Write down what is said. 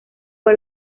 por